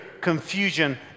confusion